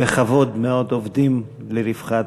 בכבוד מאות עובדים, לרווחת,